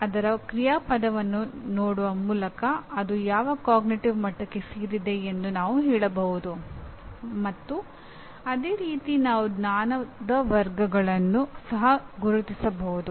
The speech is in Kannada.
ಅದರ ಕ್ರಿಯಾಪದವನ್ನು ನೋಡುವ ಮೂಲಕ ಅದು ಯಾವ ಅರಿವಿನ ಮಟ್ಟಕ್ಕೆ ಸೇರಿದೆ ಎಂದು ನಾವು ಹೇಳಬಹುದು ಮತ್ತು ಅದೇ ರೀತಿ ನಾವು ಜ್ಞಾನ ವರ್ಗಗಳನ್ನು ಸಹ ಗುರುತಿಸಬಹುದು